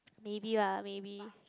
maybe lah maybe